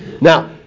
Now